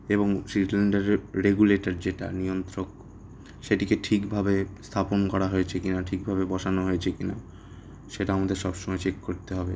এবং সিলিন্ডারের রেগুলেটর যেটা নিয়ন্ত্রক সেটিকে ঠিকভাবে স্থাপন করা হয়েছে কি না ঠিকভাবে বসানো হয়েছে কি না সেটা আমাদের সব সময় চেক করতে হবে